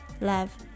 love